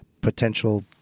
potential